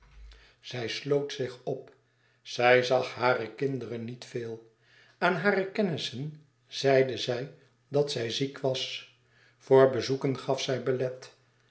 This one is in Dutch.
zij sloot zich op zij zag hare kinderen niet veel aan hare kennissen zeide zij dàt zij ziek was voor bezoeken gaf zij belet